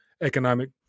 economic